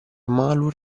malur